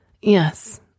yes